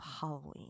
Halloween